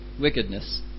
wickedness